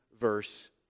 verse